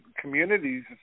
communities